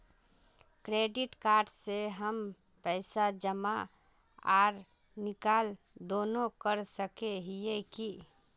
Credit card से हम पैसा जमा आर निकाल दोनों कर सके हिये की?